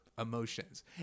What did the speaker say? emotions